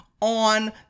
on